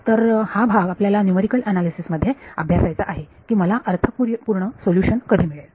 तर हा भाग आपल्याला न्यूमरिकल अनालिसिस मध्ये अभ्यासायचा आहे की मला अर्थपूर्ण सोल्युशन कधी मिळेल